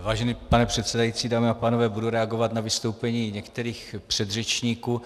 Vážený pane předsedající, dámy a pánové, budu reagovat na vystoupení některých předřečníků.